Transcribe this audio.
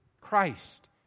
Christ